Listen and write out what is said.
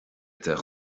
deich